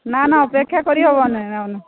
ନା ନା ଅପେକ୍ଷା କରିହେବନି